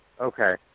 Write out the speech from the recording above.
Okay